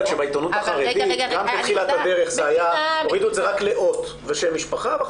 בעיתונות החרדית בתחילת הדרך הורידו את זה רק לאות ושם משפחה.